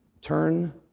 Turn